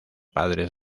padres